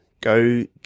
go